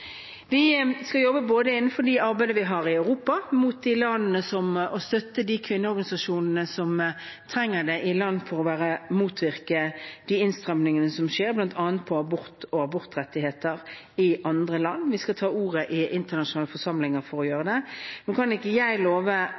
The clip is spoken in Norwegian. Vi skal både jobbe innenfor det arbeidet som er i Europa, og støtte kvinneorganisasjoner som trenger det, for å motvirke de innstramningene som skjer, bl.a. når det gjelder abort og abortrettigheter, i andre land. Vi skal ta ordet i internasjonale forsamlinger for å gjøre det. Nå kan ikke jeg love